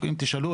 אם תשאלו,